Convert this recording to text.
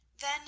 Then